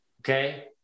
okay